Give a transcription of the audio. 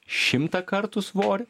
šimtą kartų svorį